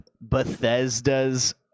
bethesda's